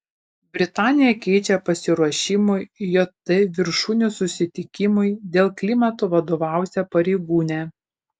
britanija keičia pasiruošimui jt viršūnių susitikimui dėl klimato vadovausią pareigūnę